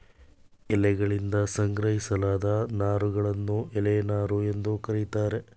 ಎಲೆಯಗಳಿಂದ ಸಂಗ್ರಹಿಸಲಾದ ನಾರುಗಳನ್ನು ಎಲೆ ನಾರು ಎಂದು ಕರೀತಾರೆ